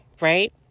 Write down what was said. right